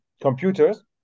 computers